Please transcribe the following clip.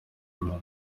mbere